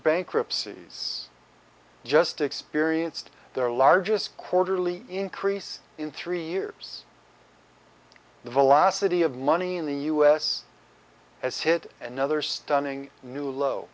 bankruptcy's just experienced their largest quarterly increase in three years the velocity of money in the u s has hit another stunning new low